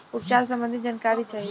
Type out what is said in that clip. उपचार सबंधी जानकारी चाही?